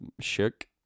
shook